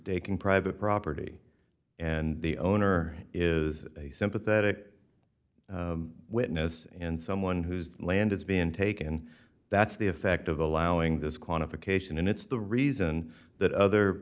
day can private property and the owner is a sympathetic witness and someone whose land is being taken that's the effect of allowing this quantification it's the reason that other